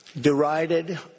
derided